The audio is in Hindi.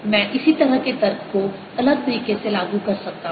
मैं इसी तरह के तर्क को अलग तरीके से लागू कर सकता हूं